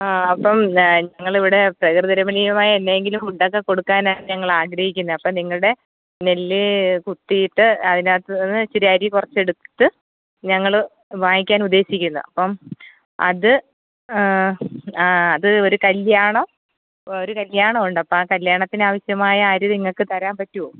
ആ അപ്പം ഞങ്ങൾ ഇവിടെ പ്രകൃതിരമണീയമായ എന്തെങ്കിലും ഫുഡൊക്കെ കൊടുക്കാനാണ് ഞങ്ങൾ ആഗ്രഹിക്കുന്നത് അപ്പം നിങ്ങളുടെ നെല്ല് കുത്തിയിട്ട് ഐനാത്തൂന്ന് ഇച്ചിരി അരി കുറച്ച് എടുത്ത് ഞങ്ങൾ വാങ്ങിക്കാൻ ഉദ്ദേശിക്കുന്നു അപ്പം അത് അത് ഒരു കല്യാണം ഒരു കല്യാണമുണ്ട് അപ്പം ആ കല്യാണത്തിന് ആവശ്യമായ അരി നിങ്ങൾക്ക് താരാൻ പറ്റുമോ